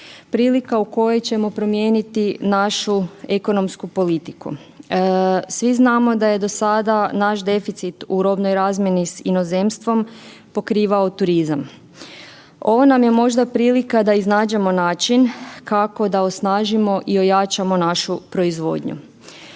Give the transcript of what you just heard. prilika u kojoj ćemo promijeniti našu ekonomsku politiku. Svi znamo da je do sada naš deficit u robnoj razmjeni s inozemstvom pokrivao turizam. Ovo nam je možda prilika da iznađemo način kako da osnažimo i ojačamo našu proizvodnju.